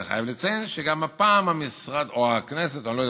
אני חייב לציין שגם הפעם המשרד או הכנסת או לא יודע,